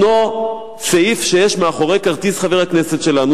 יש סעיף מאחורי כרטיס חבר הכנסת שלנו,